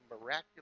miraculous